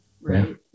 right